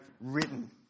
written